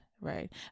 Right